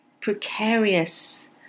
precarious